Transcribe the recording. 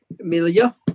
Amelia